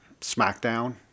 SmackDown